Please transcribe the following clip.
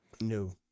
No